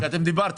לא, כשאתם דיברתם.